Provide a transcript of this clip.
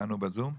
איתנו בזום?